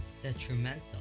detrimental